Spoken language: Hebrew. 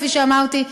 כפי שאמרתי,